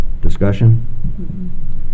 Discussion